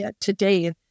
today